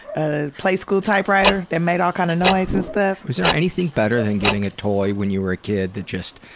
a playskool typewriter, it made all kinds kind of noise and stuff. is there anything better than getting a toy when you were a kid that just,